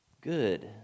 Good